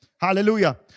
Hallelujah